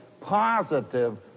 positive